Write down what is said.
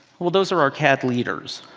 well, those are our cad leaders.